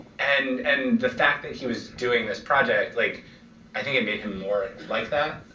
and and the fact that he was doing this project, like i think it made him more like that.